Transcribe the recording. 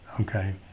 Okay